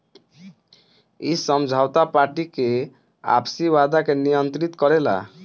इ समझौता पार्टी के आपसी वादा के नियंत्रित करेला